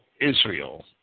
Israel